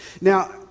Now